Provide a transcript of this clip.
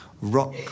rock